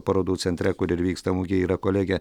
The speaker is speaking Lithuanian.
parodų centre kur ir vyksta mugė yra kolegė